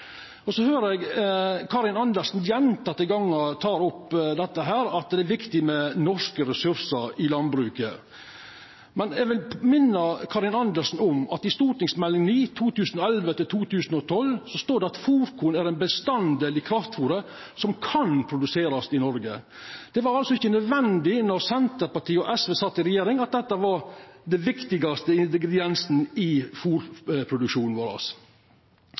pst. Så høyrer eg Karin Andersen gjentekne gonger ta opp dette med at det er viktig med norske ressursar i landbruket. Men eg vil minna Karin Andersen om at i Meld. St. 9 for 2011–2012 står det: «Fôrkorn er en hovedbestanddel i kraftfôr som kan produseres i Norge.» Det var altså ikkje nødvendig då Senterpartiet og SV sat i regjering, at dette var den viktigaste ingrediensen i fôrproduksjonen vår. Når dei førte ein sånn politikk, fall altså kornarealet med 11 pst., det